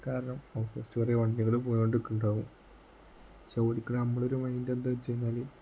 കാരണം ഓപോസിറ്റ് കുറേ വണ്ടികൾ പൊയ്ക്കൊണ്ടു നിൽക്കുന്നുണ്ടാകും സോ ഓടിക്കുന്ന നമ്മളുടെ ഒരു മൈൻഡ് എന്താ വെച്ചു കഴിഞ്ഞാൽ